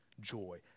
joy